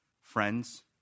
friends